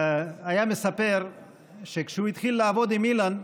היה מספר שכשהוא התחיל לעבוד עם אילן,